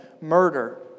murder